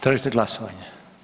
Tražite glasovanje?